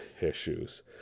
issues